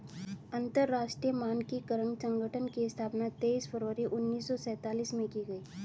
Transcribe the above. अंतरराष्ट्रीय मानकीकरण संगठन की स्थापना तेईस फरवरी उन्नीस सौ सेंतालीस में की गई